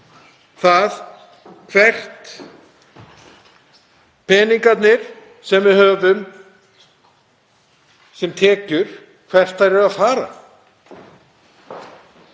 það hvert peningarnir sem við höfum sem tekjur eru að fara.